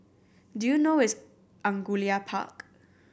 do you know where is Angullia Park